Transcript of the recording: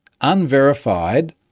unverified